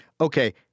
okay